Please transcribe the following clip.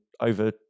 over